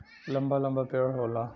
लंबा लंबा पेड़ होला